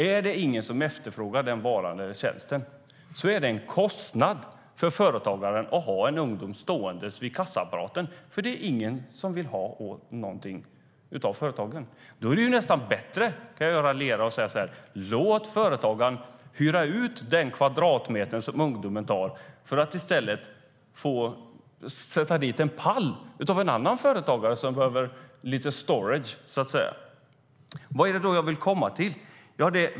Är det ingen som efterfrågar deras varor eller tjänster är det en kostnad för företagaren att ha en ungdom stående vid kassaapparaten, för det är ingen som vill köpa något. Då är det nästan bättre att låta företagaren hyra ut den kvadratmeter som ungdomen tar upp. Då kan man låta någon annan företagare som behöver lite storage placera en pall där. Vart är det då jag vill komma?